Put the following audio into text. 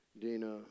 Dina